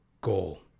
goal